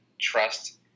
trust